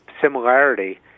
similarity